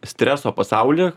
streso pasauly